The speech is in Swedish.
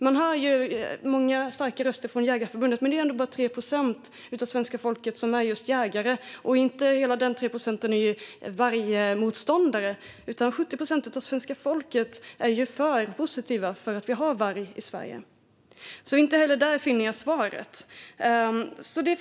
Man hör många starka röster från Jägareförbundet, men det är bara 3 procent av svenska folket som är jägare. Alla de 3 procenten är heller inte vargmotståndare, utan 70 procent av svenska folket är positiva till att ha varg i Sverige. Inte heller där finner jag alltså svaret.